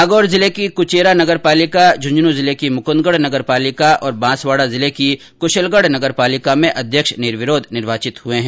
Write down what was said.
नागौर जिले की कुंचेरा नगर पालिका झुंझनूं जिले की मुकुंदगढ़ नगर पालिका और बांसवाड़ा जिले की कुशलगढ़ नगर पालिका में अध्यक्ष निर्विरोध निर्वाचित हुए हैं